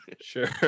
Sure